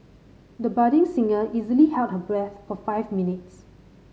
the budding singer easily held her breath for five minutes